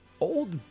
old